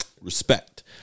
Respect